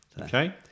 Okay